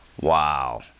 Wow